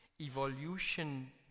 Evolution